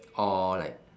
or like